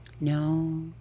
no